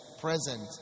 present